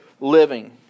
living